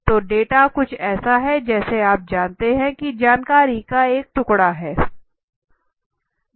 तो डेटा कुछ ऐसा है जैसा आप जानते हैं कि जानकारी का एक टुकड़ा है